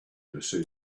decisions